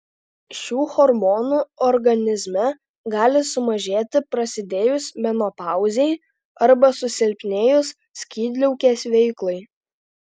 šių hormonų organizme gali sumažėti prasidėjus menopauzei arba susilpnėjus skydliaukės veiklai